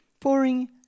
pouring